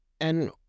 And